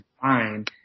fine